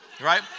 right